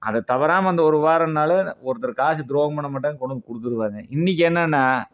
அதை தவறாமல் அந்த ஒரு வாரோம்னாலும் ஒருத்தர் காசை துரோகம் பண்ண மாட்டாங்க கொண்டு வந்து கொடுத்துருவாங்க இன்றைக்கு என்னன்னா